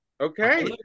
okay